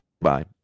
bye